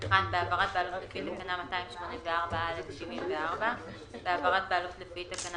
בהעברת בעלות לפי תקנה 284(א)- 74. בהעברת בעלות לפי תקנה